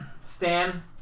Stan